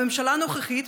הממשלה הנוכחית,